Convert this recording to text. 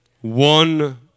One